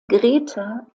greta